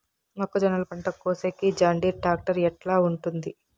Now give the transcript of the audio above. మొక్కజొన్నలు పంట కోసేకి జాన్డీర్ టాక్టర్ ఎట్లా ఉంటుంది?